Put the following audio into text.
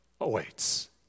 awaits